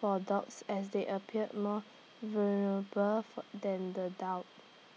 for dogs as they appear more vulnerable for than the doubt